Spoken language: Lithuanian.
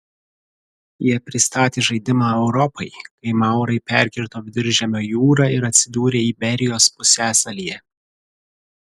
jie pristatė žaidimą europai kai maurai perkirto viduržemio jūrą ir atsidūrė iberijos pusiasalyje